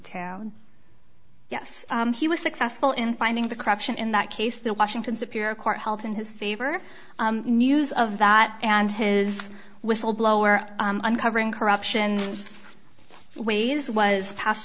town yes he was successful in finding the corruption in that case the washington superior court held in his favor news of that and his whistle blower uncovering corruption ways was passed